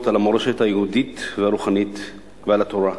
על המורשת היהודית והרוחנית ועל התורה.